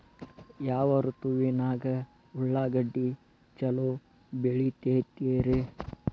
ಯಾವ ಋತುವಿನಾಗ ಉಳ್ಳಾಗಡ್ಡಿ ಛಲೋ ಬೆಳಿತೇತಿ ರೇ?